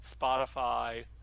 Spotify